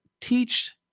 teach